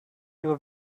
ihre